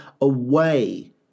away